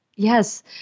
Yes